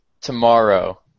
tomorrow